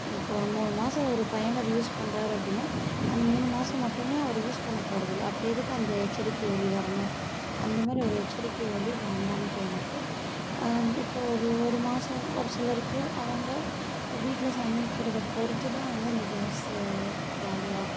இப்போ ஒரு மூணு மாதம் ஒரு பயனர் யூஸ் பண்ணுறாரு அப்படின்னா அந்த மூணு மாதம் மட்டுமே அவர் யூஸ் பண்ண போகறதில்ல அப்புறம் எதுக்கு அந்த எச்சரிக்கை ஒலி வரணும் அந்த மாரி ஒரு எச்சரிக்கை ஒலி வேண்டான்னு தோணுது இப்போ ஒரு ஒரு மாதம் ஒரு சிலருக்கு அவங்க வீட்டில் சமைக்குறதை பொறுத்து தான் வந்து இந்த கேஸு காலி ஆகும்